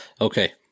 Okay